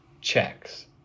checks